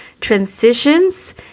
transitions